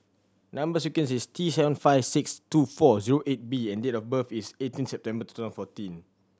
number sequence is T seven five six two four zero eight B and date of birth is eighteen September fourteen